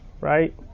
right